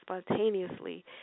spontaneously